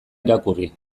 irakurri